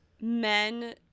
men